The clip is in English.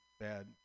bad